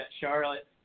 Charlotte